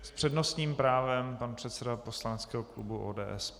S přednostním právem pan předseda poslaneckého klubu ODS.